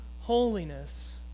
holiness